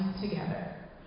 together